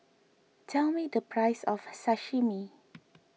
tell me the price of Sashimi